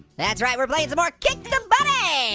that's right, we're playing some more kick the buddy,